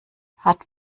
hat